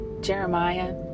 Jeremiah